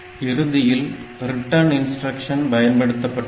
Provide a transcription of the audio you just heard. இறுதியில் return instruction பயன்படுத்தப்பட்டுள்ளது